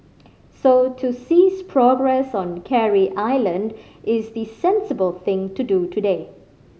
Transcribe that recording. so to cease progress on Carey Island is the sensible thing to do today